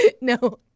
No